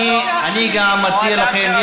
אני גם מציע לכם,